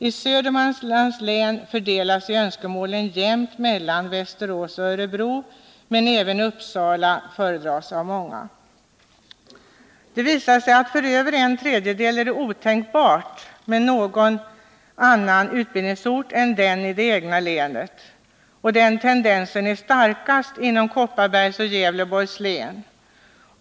I Södermanlands län fördelar sig önskemålen jämnt mellan Västerås och Örebro, men även Uppsala föredras av många. Det visar sig att det för över en tredjedel är otänkbart med någon annan utbildningsort än den i det egna länet. Denna tendens är starkast i Kopparbergs och Gävleborgs län.